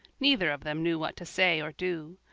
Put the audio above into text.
neither of them knew what to say or do.